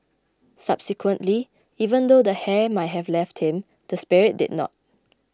subsequently even though the hair might have left him the spirit did not